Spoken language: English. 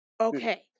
Okay